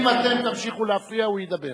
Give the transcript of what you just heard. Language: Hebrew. אם אתם תמשיכו להפריע,